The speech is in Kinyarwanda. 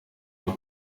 kuba